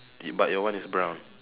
but your one is brown